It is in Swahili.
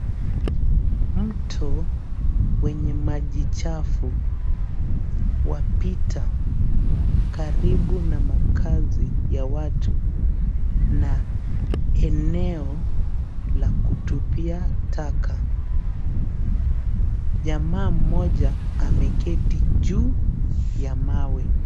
Mto wenye maji chafu wapita karibu na makaazi ya watu na eneo la kutupia taka. Jamaa mmoja ameketi juu ya maji.